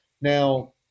Now